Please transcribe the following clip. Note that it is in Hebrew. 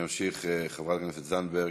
אני ממשיך: חברי הכנסת זנדברג,